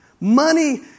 Money